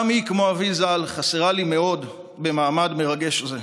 גם היא, כמו אבי ז"ל, חסרה לי מאוד במעמד מרגש זה.